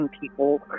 people